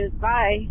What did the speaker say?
Bye